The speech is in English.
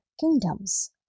kingdoms